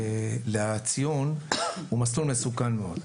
מאבולעפיה לציון הוא מסלול מסוכן מאוד.